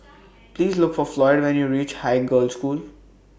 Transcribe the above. Please Look For Floyd when YOU REACH Haig Girls' School